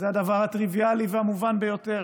זה הדבר הטריוויאלי והמובן ביותר.